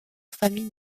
famille